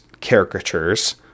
caricatures